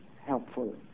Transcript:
helpful